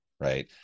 right